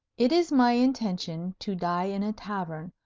it is my intention to die in a tavern,